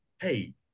Hey